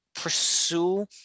pursue